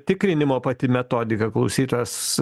tikrinimo pati metodika klausytojas